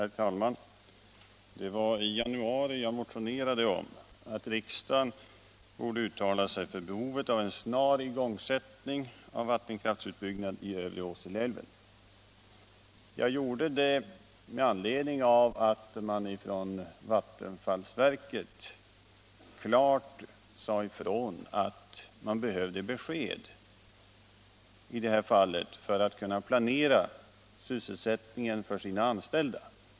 Herr talman! Det var i januari jag motionerade om att riksdagen skulle uttala sig för behovet av en snar igångsättning av vattenkraftsutbyggnaden i övre Åseleälven. Jag gjorde det med anledning av att vattenfallsverket klart sagt ifrån att man behövde besked för att kunna planera sysselsättningen för sina anställda.